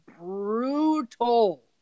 brutal